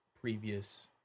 previous